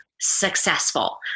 successful